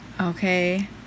Okay